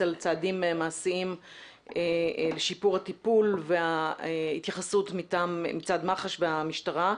על צעדים מעשיים לשיפור הטיפול וההתייחסות מצד מח"ש והמשטרה.